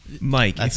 Mike